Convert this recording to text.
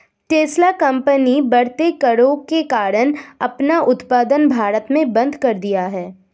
Tesla company बढ़ते करों के कारण अपना उत्पादन भारत में बंद कर दिया हैं